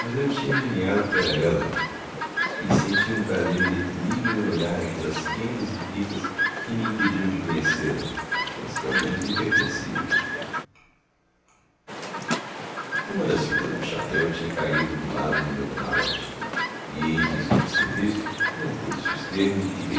eu tinha adivinhado que era ela e sentia um prazer indefinível em olhar aquelas rendas e fitas que me impediam de conhecê-la mas que ao menos lhe pertenciam uma das fitas do chapéu tinha caído do lado do meu camarote e em risco de ser visto não pude suster me